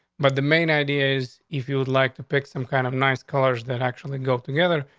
but the main idea is, if you would like to pick some kind of nice colors that actually go together,